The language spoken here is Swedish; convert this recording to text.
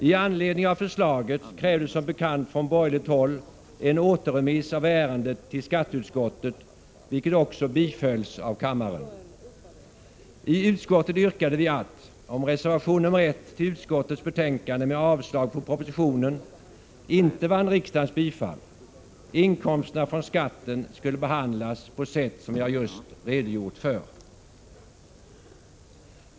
I anledning av förslaget krävdes som bekant från borgerligt håll en återremiss av ärendet till skatteutskottet, vilket också bifölls av kammaren. I utskottet yrkade vi att, om reservation nr 1 till utskottets betänkande med avslag på propositionen inte vann riksdagens bifall, inkomsterna från skatten skulle behandlas på sätt som jag just redogjort för.